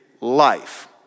life